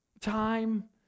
Time